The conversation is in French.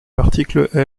l’article